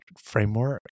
framework